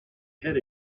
head